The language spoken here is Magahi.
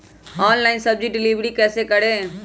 ऑनलाइन सब्जी डिलीवर कैसे करें?